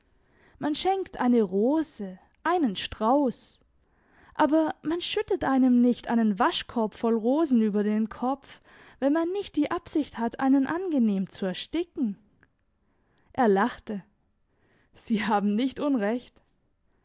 man schenkt eine rose einen strauss aber man schüttet einem nicht einen waschkorb voll rosen über den kopf wenn man nicht die absicht hat einen angenehm zu ersticken er lachte sie haben nicht unrecht